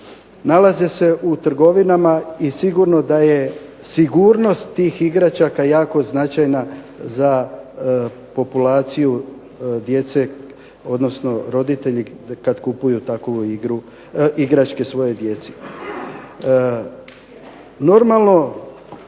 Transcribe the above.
nalaze se u trgovinama i sigurno da je sigurnost tih igračaka jako značajna za populaciju djece odnosno roditelji kad kupuju igračke svojoj djeci.